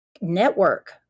network